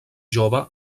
jove